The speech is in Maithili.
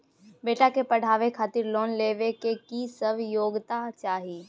बेटा के पढाबै खातिर लोन लेबै के की सब योग्यता चाही?